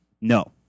No